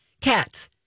Cats